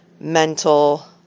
mental